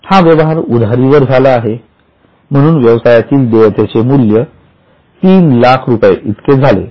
हा व्यवहार उधारीवर आहे म्हणून व्यवसायातील देयतेचे मूल्य ३००००० इतके झाले